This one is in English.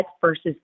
versus